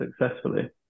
successfully